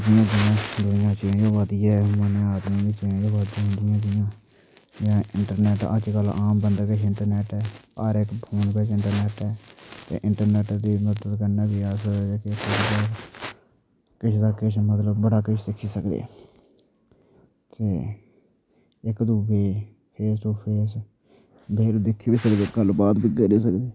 जि'यां जि'यां दूनियां चेंज होआ दी ऐ उ'आं उ'आं आदमी बी चेंज होआ दे न उ'आं उ'आं इंटरनेट अज्ज कल आम बंदे कश इंटरनेट ऐ हर इक फोन बिच इंटरनेट ऐ ते इंटरनेट दी मदद कन्नै बी अस जेह्की किश ना किश मतलब अस बड़ा किश सिक्खी सकने ते इक दूऐ गी फेस टू फेस दिक्खी बी सकदे गल्ल बात बी करी सकदे